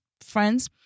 friends